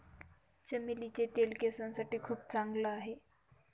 चमेलीचे तेल केसांसाठी खूप चांगला आहे